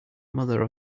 mother